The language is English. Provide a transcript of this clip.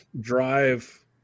drive